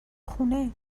خونه